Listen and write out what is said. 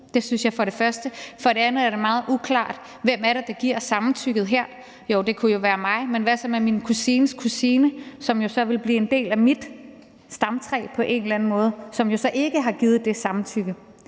det synes jeg for det første. For det andet er det meget uklart, hvem det er, der giver samtykket her. Jo, det kunne jo være mig. Men hvad så med min kusines kusine, som jo så ville blive en del af mit stamtræ på en eller anden måde, og som jo så ikke har givet det samtykke?